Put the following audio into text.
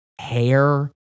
hair